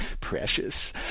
precious